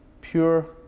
Pure